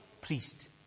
priest